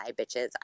bitches